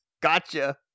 Gotcha